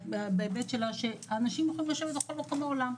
בהיבט שהאנשים יכולים לשבת בכל מקום בעולם.